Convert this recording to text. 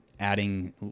adding